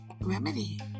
remedy